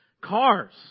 Cars